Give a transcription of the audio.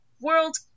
world